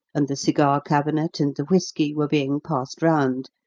and the cigar cabinet and the whiskey were being passed round,